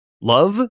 love